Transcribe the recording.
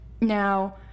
Now